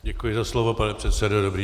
Děkuji za slovo, pane předsedo.